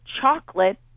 chocolate